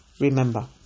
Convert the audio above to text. Remember